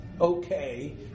Okay